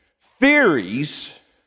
Theories